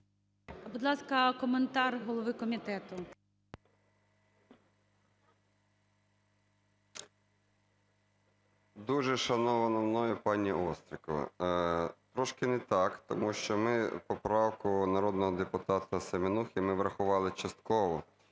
Будь ласка, коментар голови комітету. 11:55:52 ІВАНЧУК А.В. Дуже шанована мною пані Острікова, трошки не так, тому що ми поправку народного депутата Семенухи врахували частково.